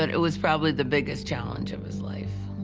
and it was probably the biggest challenge of his life.